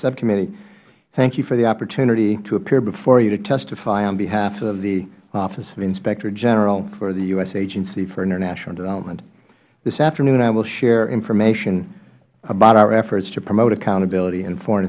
subcommittee thank you for the opportunity to appear before you to testify on behalf of the office of the inspector general for the u s agency for international development this afternoon i will share information about our efforts to promote accountability in foreign